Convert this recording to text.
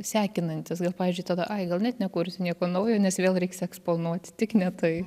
sekinantis gal pavyzdžiui tada ai gal net nekursiu nieko naujo nes vėl reiks eksponuoti tik ne tai